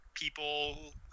people